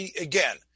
again